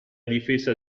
difesa